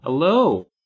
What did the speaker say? Hello